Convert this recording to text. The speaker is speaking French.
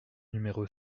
numéro